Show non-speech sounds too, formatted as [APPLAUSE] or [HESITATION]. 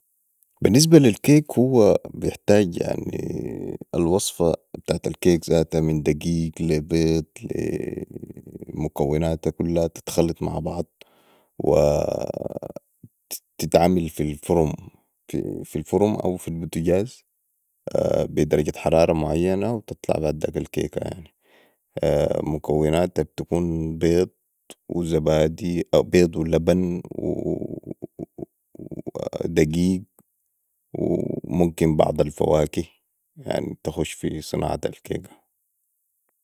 بي النسبة لي الكيك هو بحتاج يعني الوصفه بتاعت الكيك زاتو من دقيق لي بيض لي مكوناتا كلها تتخلط مع بعضها و [HESITATION] تتعمل في الفرم او في البتجاز بي درجة حرارة معينة و تطلع بعداك الكيكه يعني مكوناتا بتكون بيض وزبادي او بيض ولبن ودقيق و [HESITATION] ممكن بعض الفواكه تخش في صناعة الكيكه